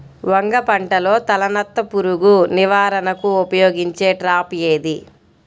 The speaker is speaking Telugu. వంగ పంటలో తలనత్త పురుగు నివారణకు ఉపయోగించే ట్రాప్ ఏది?